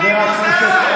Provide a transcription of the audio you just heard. אפס זאת מחמאה בשבילך.